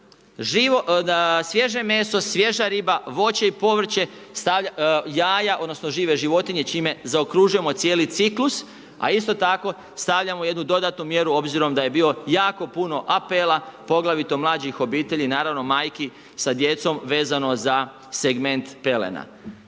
svježe meso, svježa riba, voće i povrće, jaja odnosno žive životinje čime zaokružujemo cijeli ciklus a isto tako stavljamo jednu dodatnu mjeru obzirom da je bilo jako puno apela poglavito mlađih obitelji naravno majki sa djecom vezano za segment pelena.